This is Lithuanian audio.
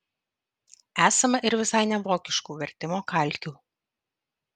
esama ir visai nevokiškų vertimo kalkių